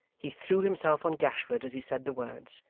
he threw himself on gashford as he said the words,